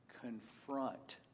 confront